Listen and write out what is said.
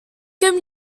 comme